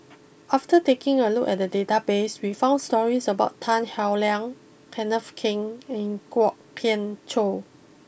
after taking a look at the databases we found stories about Tan Howe Liang Kenneth Keng and Kwok Kian Chow